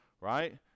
right